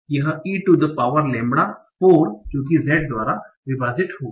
यह e to the power lambda 4 जो Z द्वारा विभाजित होगा